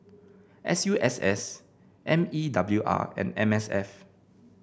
S U S S M E W R and M S F